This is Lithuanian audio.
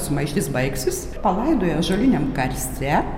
sumaištis baigsis palaidojo ąžuoliniam karste